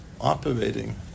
operating